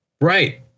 Right